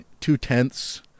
two-tenths